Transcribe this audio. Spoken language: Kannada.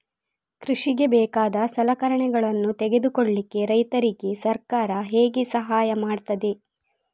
ಕೃಷಿಗೆ ಬೇಕಾದ ಸಲಕರಣೆಗಳನ್ನು ತೆಗೆದುಕೊಳ್ಳಿಕೆ ರೈತರಿಗೆ ಸರ್ಕಾರ ಹೇಗೆ ಸಹಾಯ ಮಾಡ್ತದೆ?